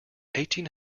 eighteen